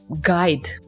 guide